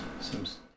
Seems